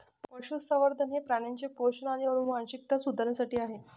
पशुसंवर्धन हे प्राण्यांचे पोषण आणि आनुवंशिकता सुधारण्यासाठी आहे